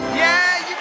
yeah,